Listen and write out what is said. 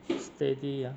steady ah